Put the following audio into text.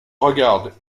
regarde